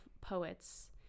poets